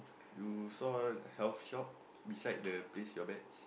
you saw health shop besides the place your bets